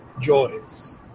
joys